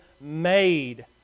made